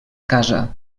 casa